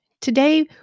Today